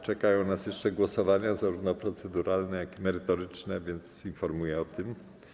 Czekają nas jeszcze głosowania zarówno proceduralne, jak i merytoryczne, więc informuję o tym.